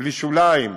בלי שוליים,